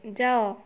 ଯାଅ